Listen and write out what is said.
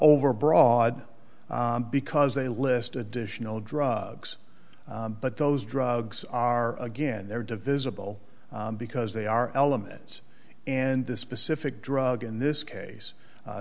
overbroad because they list additional drugs but those drugs are again they're divisible because they are elements and this specific drug in this case